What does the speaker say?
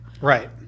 Right